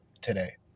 today